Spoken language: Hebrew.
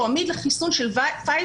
או עמיד לחיסון של פייזר?